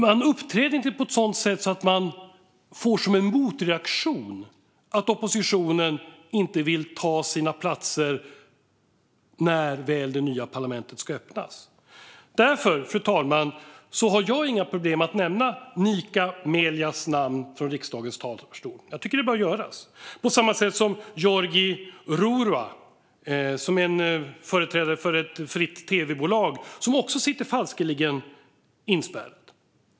Man uppträder inte på ett sådant sätt att man får som motreaktion att oppositionen inte vill inta sina platser när väl det nya parlamentet ska öppnas. Därför, fru talman, har jag inga problem med att nämna Nika Melias namn från riksdagens talarstol. Det bör göras. Det gäller på samma sätt för Giorgi Rurua, en företrädare för ett fritt tv-bolag, som också sitter falskeligen inspärrad.